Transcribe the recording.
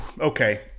Okay